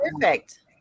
perfect